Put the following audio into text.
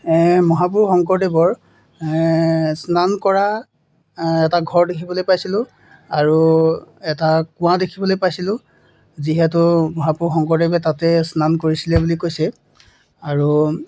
মহাপুৰুষ শংকৰদেৱৰ স্নান কৰা এটা ঘৰ দেখিবলৈ পাইছিলোঁ আৰু এটা কুঁৱা দেখিবলৈ পাইছিলোঁ যিহেতু মহাপুৰুষ শংকৰদেৱে তাতে স্নান কৰিছিলে বুলি কৈছে আৰু